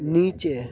નીચે